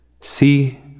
see